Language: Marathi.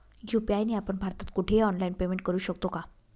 यू.पी.आय ने आपण भारतात कुठेही ऑनलाईन पेमेंट करु शकतो का?